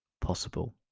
possible